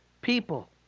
people